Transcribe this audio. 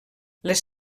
les